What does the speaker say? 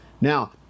Now